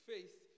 Faith